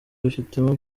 bifitemo